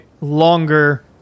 longer